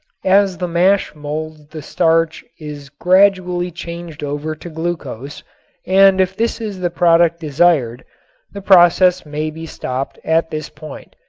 as the mash molds the starch is gradually changed over to glucose and if this is the product desired the process may be stopped at this point.